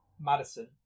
Madison